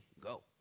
Go